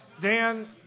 Dan